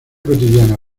cotidiana